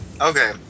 Okay